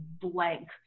blank